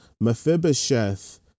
Mephibosheth